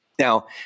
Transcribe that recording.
Now